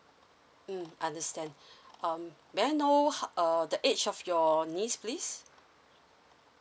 mm understand um may I know uh the age of your niece please